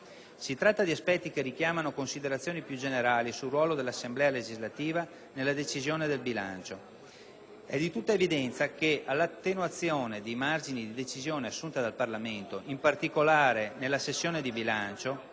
Si tratta di aspetti che richiamano considerazioni più generali sul ruolo dell'Assemblea legislativa nella decisione di bilancio. È di tutta evidenza che, a fronte dell'attenuazione dei margini di decisione assunta dal Parlamento, in particolare nella sessione di bilancio,